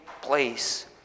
place